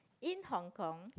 in Hong-Kong